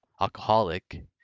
alcoholic